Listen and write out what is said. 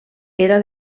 era